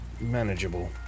manageable